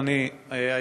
אדוני,